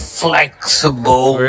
flexible